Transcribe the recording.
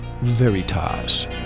Veritas